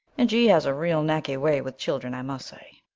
and she has a real knacky way with children, i must say.